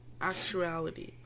actuality